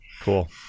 Cool